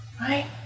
right